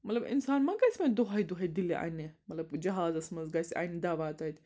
مطلب اِنسان ما گژھِ وۄنۍ دوہے دوہَے دِلہِ اَننہِ مطلب جہازس منٛز گژھِ اَنہِ دَوا تَتہِ